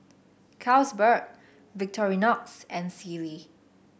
Carlsberg Victorinox and Sealy